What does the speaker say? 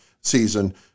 season